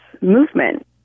movement